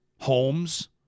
homes